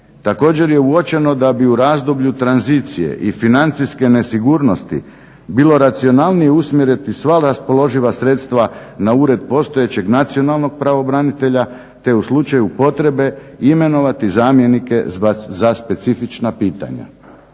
Također je uočeno da bi u razdoblju tranzicije i financijske nesigurnosti bilo racionalnije usmjeriti sva raspoloživa sredstva na ured postojećeg nacionalnog pravobranitelja, te u slučaju potrebe imenovati zamjenike za specifična pitanja.